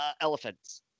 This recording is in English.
elephants